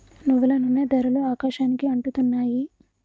నువ్వుల నూనె ధరలు ఆకాశానికి అంటుతున్నాయి